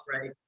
right